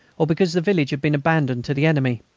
or because the village had been abandoned to the enemy.